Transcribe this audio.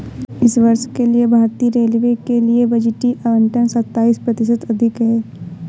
इस वर्ष के लिए भारतीय रेलवे के लिए बजटीय आवंटन सत्ताईस प्रतिशत अधिक है